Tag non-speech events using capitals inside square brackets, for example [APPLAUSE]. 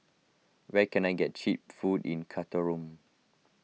where can I get Cheap Food in [UNINTELLIGIBLE]